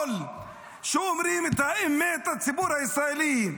שאומרים את האמת לציבור הישראלי.